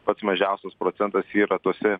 pats mažiausias procentas yra tose